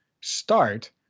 start